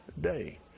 day